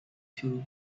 two